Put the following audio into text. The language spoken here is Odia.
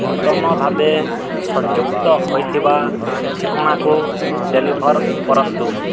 ନୂତନ ଭାବେ ସଂଯୁକ୍ତ ହୋଇଥିବା ଠିକଣାକୁ ଡେଲିଭର୍ କରନ୍ତୁ